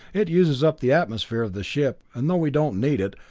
it uses up the atmosphere of the ship, and though we don't need it,